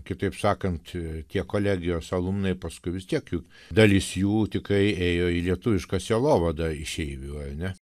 kitaip sakant tie kolegijos alumnai paskui vis tiek juk dalis jų tikrai ėjo į lietuvišką sielovadą išeivių ar ne